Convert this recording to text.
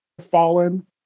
fallen